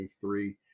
three